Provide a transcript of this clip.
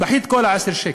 פחית קולה, 10 שקל,